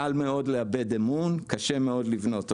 קל מאוד לאבד אמון, קשה מאוד לבנות אותו.